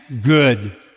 good